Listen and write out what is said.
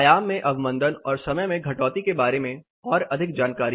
आयाम में अवमन्दन और समय में घटौती के बारे में ओर अधिक जानकारी